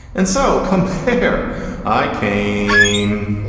and so compare i came,